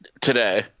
Today